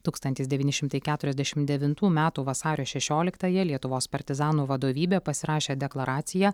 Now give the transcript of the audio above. tūkstantis devyni šimtai keturiasdešimt devintų metų vasario šešioliktąją lietuvos partizanų vadovybė pasirašė deklaraciją